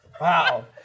Wow